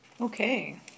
Okay